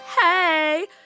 Hey